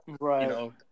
right